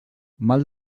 mal